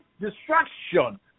destruction